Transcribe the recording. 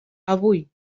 avui